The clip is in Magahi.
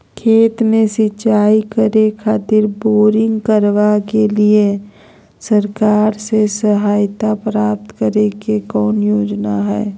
खेत में सिंचाई करे खातिर बोरिंग करावे के लिए सरकार से सहायता प्राप्त करें के कौन योजना हय?